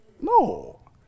No